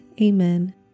Amen